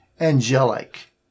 angelic